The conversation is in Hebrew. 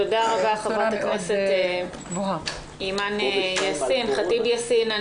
תודה רבה חברת הכנסת אימאן ח'טיב יאסין.